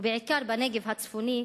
ובעיקר בנגב הצפוני,